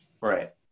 Right